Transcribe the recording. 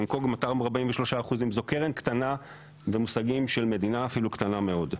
הונג קונג 243%. זו קרן קטנה במושגים של מדינה אפילו קטנה מאוד.